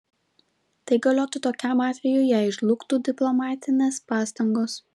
tai galiotų tokiam atvejui jei žlugtų diplomatinės pastangos